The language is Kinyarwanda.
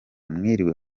mwiriwe